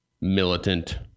militant